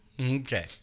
Okay